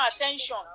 attention